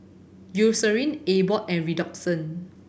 Eucerin Abbott and Redoxon